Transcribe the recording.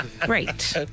Great